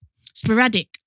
Sporadic